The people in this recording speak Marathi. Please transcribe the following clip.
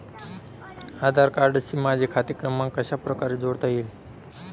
आधार कार्डशी माझा खाते क्रमांक कशाप्रकारे जोडता येईल?